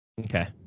Okay